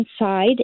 inside